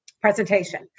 presentation